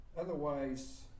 Otherwise